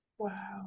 wow